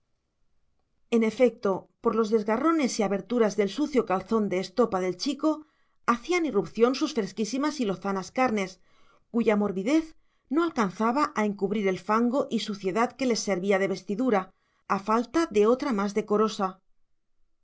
en efecto por los desgarrones y aberturas del sucio calzón de estopa del chico hacían irrupción sus fresquísimas y lozanas carnes cuya morbidez no alcanzaba a encubrir el fango y suciedad que les servía de vestidura a falta de otra más decorosa